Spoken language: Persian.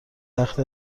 تخت